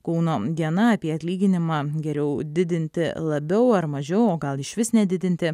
kauno diena apie atlyginimą geriau didinti labiau ar mažiau o gal išvis nedidinti